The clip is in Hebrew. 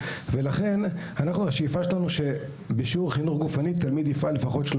לכן השאיפה שלנו היא שבשיעור חינוך גופני תלמיד יפעל לפחות 30